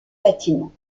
bâtiments